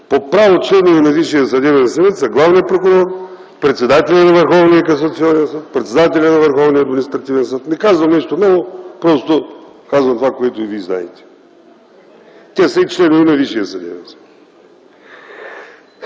по право членове на Висшия съдебен съвет са главният прокурор, председателят на Върховния касационен съд, председателят на Върховния административен съд. Не казвам нещо ново, просто казвам това, което и вие знаете. Те са и членове на Висшия съдебен съвет.